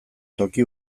toki